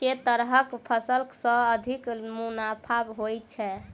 केँ तरहक फसल सऽ अधिक मुनाफा होइ छै?